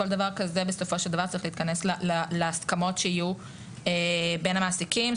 כל דבר כזה בסופו של דבר צריך להתכנס להסכמות שיהיו בין המעסיקים,